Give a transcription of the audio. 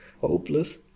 hopeless